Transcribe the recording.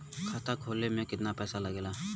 खाता खोले में कितना पैसा लगेला?